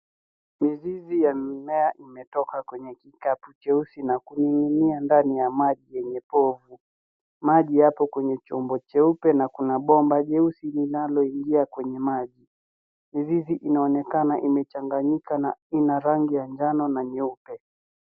Mizizi ya mimea imetoka kwenye kikapu cheusi na kuning'inia ndani ya maji yenye povu. Maji yapo kwenye chombo cheupe na kuna bomba jeusi linaloingia kwenye maji. Mizizi inaonekana imechanganyika na ina rangi ya njano na nyeupe.